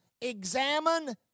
examine